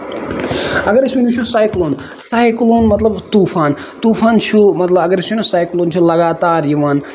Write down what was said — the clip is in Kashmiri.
اَگر أسۍ وۄنۍ وٕچھو سایکٔلون سایکٔلون مطلب طوٗفان ط وٗفان چھُ اَگر أسۍ وٕچھو نہ سایکٔلون چھُ لگاتار یِوان